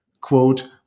quote